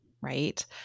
right